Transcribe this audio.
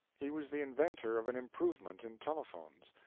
he was the inventor of an improvement in telephones,